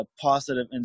positive